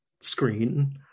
screen